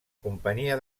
companyia